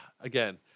again